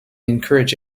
encourage